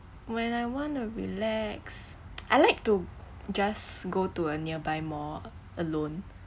when I want to relax I like to just go to a nearby mall alone